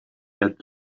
had